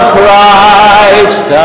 Christ